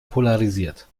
polarisiert